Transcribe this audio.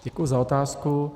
Děkuji za otázku.